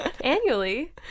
annually